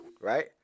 Right